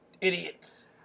idiots